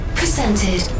presented